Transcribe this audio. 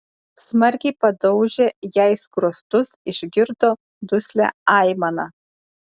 smarkiai padaužė jai skruostus išgirdo duslią aimaną